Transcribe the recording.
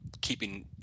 keeping